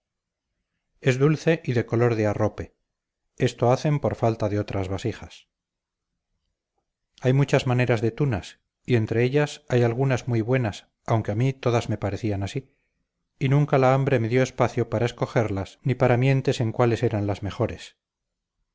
es dulce y de color de arrope esto hacen por falta de otras vasijas hay muchas maneras de tunas y entre ellas hay algunas muy buenas aunque a mí todas me parecían así y nunca la hambre me dio espacio para escogerlas ni para mientes en cuáles eran las mejores